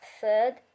third